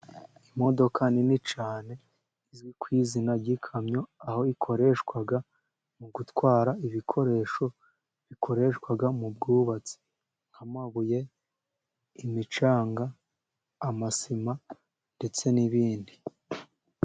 Imodoka nini cyane izwi ku izina ry'ikamyo, aho ikoreshwa mu gutwara ibikoresho bikoreshwa mu bwubatsi nk'amabuye, imicanga, amasima ndetse n'ibindi.